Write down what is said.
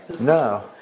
No